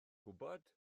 gwybod